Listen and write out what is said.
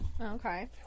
Okay